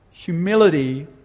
Humility